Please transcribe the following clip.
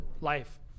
life